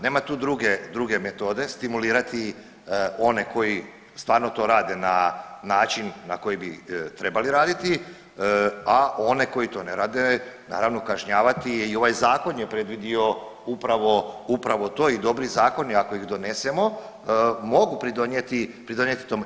Nema tu druge metode, stimulirati one koji stvarno to rade na način na koji bi trebali raditi, a one koji to ne rade, naravno, kažnjavati i ovaj Zakon je predvidio upravo to i dobri zakoni, ako ih donesemo mogu pridonijeti tome.